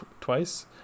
twice